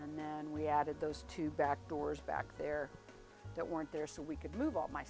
and then we added those two back doors back there that weren't there so we could move all my